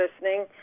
listening